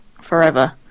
forever